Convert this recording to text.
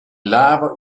lava